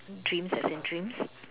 dreams as in dreams